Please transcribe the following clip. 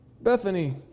Bethany